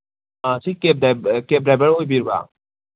ꯑꯥ ꯁꯤ cab driver ꯑꯣꯏꯕꯤꯕ꯭ꯔꯥ